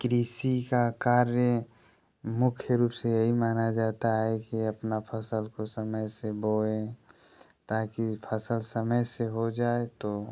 कृषि का कार्य मुख्य रूप से यही माना जाता है कि अपना फसल को समय से बोएँ ताकि फसल समय से हो जाए तो